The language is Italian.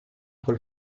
col